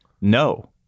No